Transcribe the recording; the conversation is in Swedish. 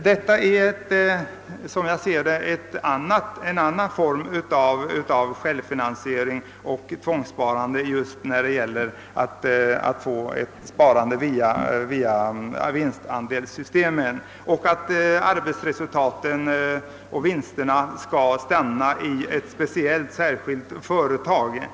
Låt mig dock säga att det föreslagna vinstandelssystemet också blir ett slags tvångssparande till företagens självfinansiering. Innebörden av det är nämligen att arbetsresultaten och vinsterna inom ett speciellt företag skall kvarhållas inom detta.